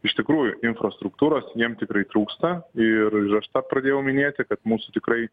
iš tikrųjų infrastruktūros jiem tikrai trūksta ir aš tą pradėjau minėt kad mūsų tikrai